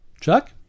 Chuck